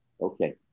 Okay